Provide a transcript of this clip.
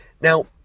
Now